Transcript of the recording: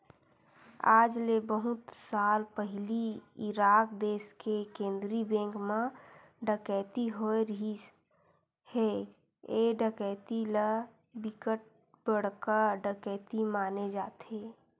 आज ले बहुत साल पहिली इराक देस के केंद्रीय बेंक म डकैती होए रिहिस हे ए डकैती ल बिकट बड़का डकैती माने जाथे